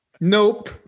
Nope